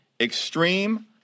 Extreme